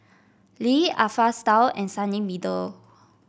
Lee Alpha Style and Sunny Meadow